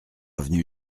avenue